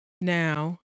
Now